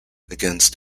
against